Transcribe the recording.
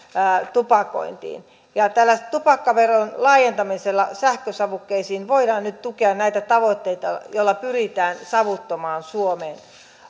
tupakointiin ja tällä tupakkaveron laajentamisella sähkösavukkeisiin voidaan nyt tukea näitä tavoitteita joilla pyritään savuttomaan suomeen